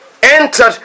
entered